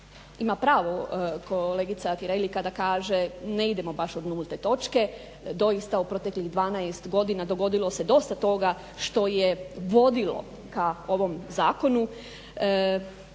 Ima pravo kolegica Tireli kada kaže ne idemo baš od nulte točke, doista u proteklih 12 godina dogodilo se dosta toga što je vodilo ka ovom zakonu